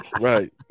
Right